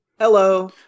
Hello